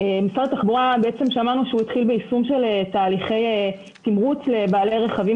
שמענו שמשרד התחבורה התחיל ביישום של תהליכי תמרוץ לבעלי רכבים